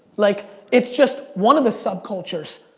like it's just one of the sub-cultures.